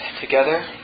together